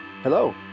Hello